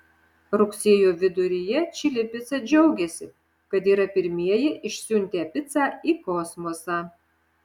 rugsėjo viduryje čili pica džiaugėsi kad yra pirmieji išsiuntę picą į kosmosą